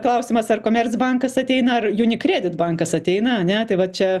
klausimas ar komercbankas ateina ar unicredit bankas ateina ane tai va čia